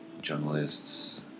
journalists